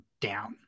down